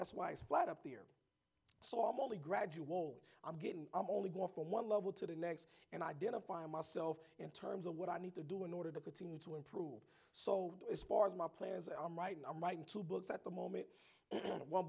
that's why it's flat up here so i'm only gradually wall i'm getting i'm only going from one level to the next and identify myself in terms of what i need to do in order to continue to improve so as far as my plans i'm right now i'm writing two books at the moment one